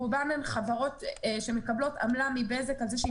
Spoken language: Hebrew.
רובן הן חברות שמקבלות עמלה מבזק על זה שהיא